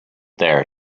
there